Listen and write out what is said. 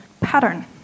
pattern